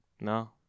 No